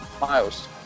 Miles